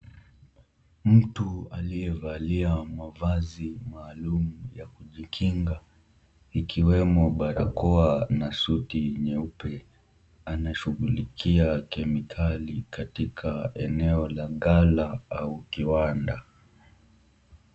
Mtu aliyevalia mavazi maalum ya kujikinga ikiwemo barakoa na suti nyeupe ,anashughulikia kemikali katika eneo la ghala au kiwanda.